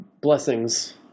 blessings